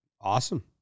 Awesome